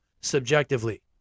subjectively